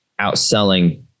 outselling